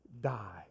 die